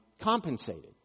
compensated